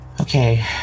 Okay